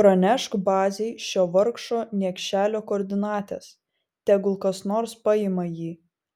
pranešk bazei šio vargšo niekšelio koordinates tegul kas nors paima jį